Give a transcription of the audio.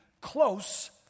close